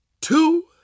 two